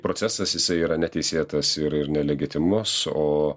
procesas jisai yra neteisėtas ir ir nelegitimus o